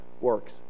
works